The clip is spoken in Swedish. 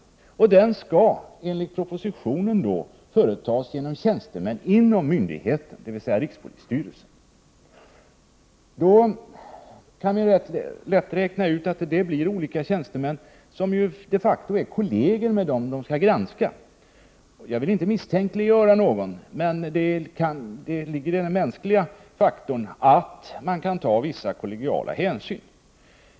Den granskningen skall enligt propositionen göras av tjänstemän inom myndigheten, dvs. rikspolisstyrelsen. Man kan då lätt räkna ut att den kommer att utföras av tjänstemän som de facto är kolleger med dem som skall granskas. Jag vill inte misstänkliggöra någon, men det är mänskligt att ta vissa kollegiala hänsyn.